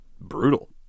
brutal